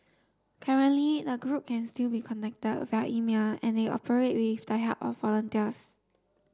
currently the group can still be contacted via email and they operate with the help of volunteers